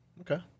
Okay